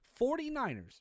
49ers